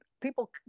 people